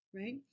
right